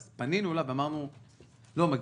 אז פנינו אליו ואמרנו שלא מגיע.